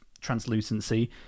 translucency